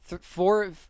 four